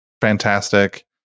Fantastic